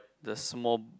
the small